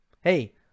hey